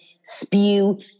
spew